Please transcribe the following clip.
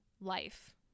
life